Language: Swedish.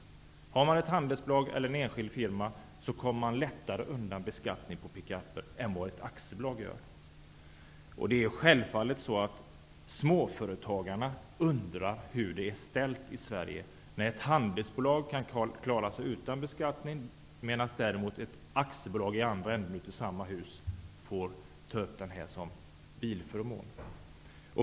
Den som har ett handelsbolag eller en enskild firma kommer lättare undan beskattning på pickupen än den som har ett aktiebolag. Det är självfallet så att småföretagarna undrar hur det är ställt i Sverige, när ett handelsbolag kan klara sig utan beskattning medan däremot ett aktiebolag får ange pickupen som bilförmån.